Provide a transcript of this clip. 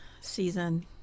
season